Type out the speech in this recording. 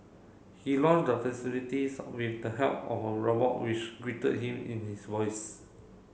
he launched the facilities with the help of a robot which greeted him in his voice